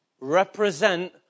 represent